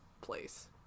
place